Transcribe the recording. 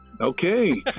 okay